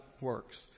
works